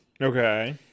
okay